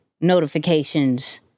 notifications